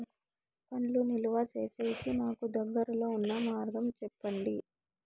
పండ్లు నిలువ సేసేకి నాకు దగ్గర్లో ఉన్న మార్గం చెప్పండి?